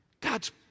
God's